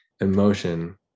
emotion